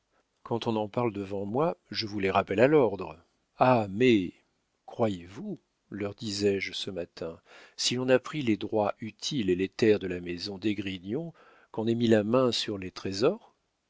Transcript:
quand on en parle devant moi je vous les rappelle à l'ordre ah mais croyez-vous leur disais-je ce matin si l'on a pris les droits utiles et les terres de la maison d'esgrignon qu'on ait mis la main sur les trésors